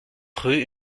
rue